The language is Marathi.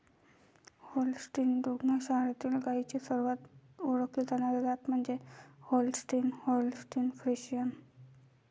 होल्स्टीन दुग्ध शाळेतील गायींची सर्वात ओळखली जाणारी जात म्हणजे होल्स्टीन होल्स्टीन फ्रिशियन